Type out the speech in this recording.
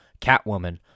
Catwoman